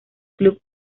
club